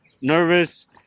Nervous